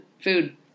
food